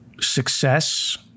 Success